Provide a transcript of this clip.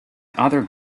other